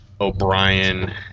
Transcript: O'Brien